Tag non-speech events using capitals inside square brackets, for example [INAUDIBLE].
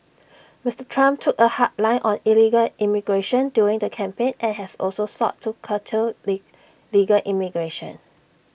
Mister Trump took A hard line on illegal immigration during the campaign and has also sought to curtail [UNINTELLIGIBLE] legal immigration